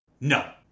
no